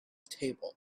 table